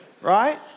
Right